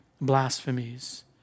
blasphemies